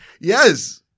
Yes